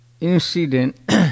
incident